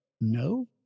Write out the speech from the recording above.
No